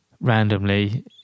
randomly